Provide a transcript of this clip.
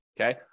okay